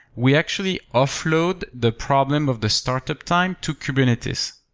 we actually offload the problem of the startup time to kubernetes.